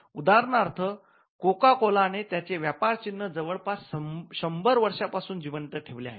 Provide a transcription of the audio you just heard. उदाहरणार्थ Coca Cola ने त्यांचे व्यापार चिन्ह जवळपास १०० वर्ष पासून जिंवंत ठेवले आहे